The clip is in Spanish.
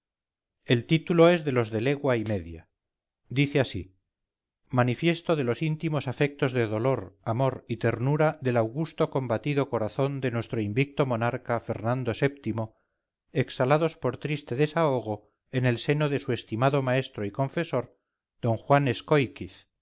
el título es de los de legua y media dice así manifiesto de los íntimos afectos de dolor amor y ternura del augusto combatido corazón de nuestro invicto monarca fernando vii exhalados por triste desahogo en el seno de su estimado maestro y confesor d juan